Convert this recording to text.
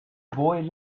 boy